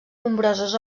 nombroses